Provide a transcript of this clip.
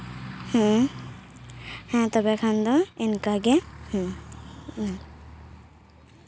ᱦᱩᱸ ᱦᱮᱸ ᱛᱚᱵᱮᱠᱷᱟᱱ ᱫᱚ ᱤᱱᱠᱟ ᱜᱮ ᱦᱩᱸ